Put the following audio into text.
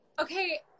okay